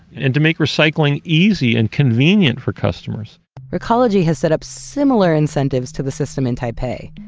and to make recycling easy and convenient for customers recology has set up similar incentives to the system in taipei,